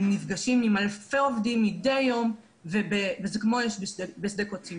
הם נפגשים עם אלפי עובדים מדי יום וזה כמו אש בשדה קוצים,